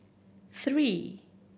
three